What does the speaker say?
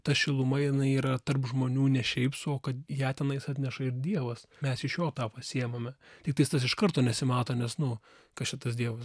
ta šiluma jinai yra tarp žmonių ne šiaip sau kad ją tenais atneša ir dievas mes iš jo tą pasiimame tiktai tas iš karto nesimato nes nu kas čia tas dievas